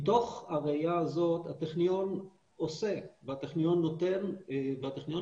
מתוך הראייה הזאת הטכניון עושה והטכניון נותן והטכניון